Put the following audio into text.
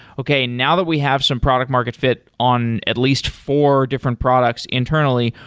okay. now that we have some product market fit on at least four different products internally,